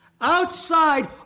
Outside